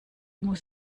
muss